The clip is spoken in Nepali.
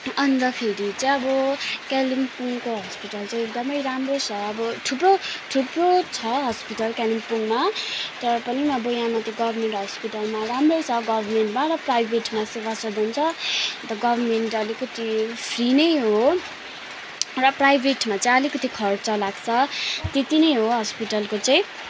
अन्तखेरि चाहिँ अब कालिम्पोङको हस्पिटल चाहिँ एकदमै राम्रै छ अब थुप्रो थुप्रो छ हस्पिटल कालिम्पोङमा तर पनि अब यहाँ माथि गभर्मेन्ट हस्पिटलमा राम्रै छ गभर्मेन्टमा र प्राइभेटमा सेवासदन हुन्छ अन्त गभर्मेन्ट अलिकति फ्री नै हो र प्राइभेटमा चाहिँ आलिकति खर्च लाग्छ त्यति नै हो हस्पिटलको चाहिँ